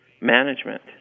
management